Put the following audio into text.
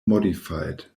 modified